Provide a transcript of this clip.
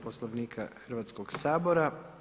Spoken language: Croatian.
Poslovnika Hrvatskoga sabora.